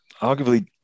Arguably